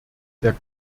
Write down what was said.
der